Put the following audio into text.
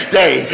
day